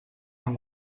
han